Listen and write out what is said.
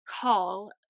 call